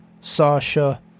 Sasha